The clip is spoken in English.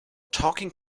talking